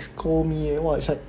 scold me leh !wah! it's like